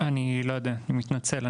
אני לא יודע, אני מתנצל.